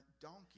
donkey